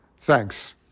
Thanks